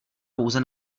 pouze